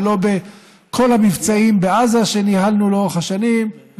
ולא בכל המבצעים בעזה שניהלנו לאורך כל השנים,